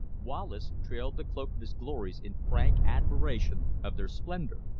wallace trailed the cloak of his glories in frank admiration of their splendor.